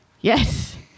Yes